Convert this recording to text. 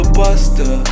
buster